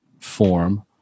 form